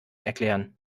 erklären